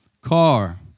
car